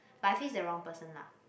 but I feel it's the wrong person lah